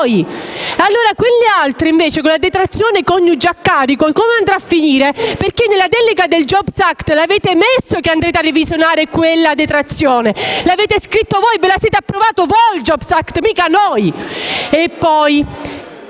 poi. Per le altre invece, con la detrazione coniuge a carico, come andrà a finire? Nella delega del *jobs act* l'avete messo che andrete a revisionare quella detrazione. L'avete scritto voi; ve lo siete approvato voi il *jobs act*, mica noi.